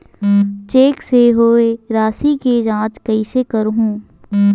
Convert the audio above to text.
Cheque से होए राशि के जांच कइसे करहु?